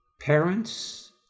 parents